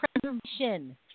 preservation